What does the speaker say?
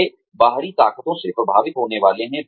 वे बाहरी ताक़तों से प्रभावित होने वाले हैं